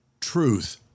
Truth